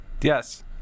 Yes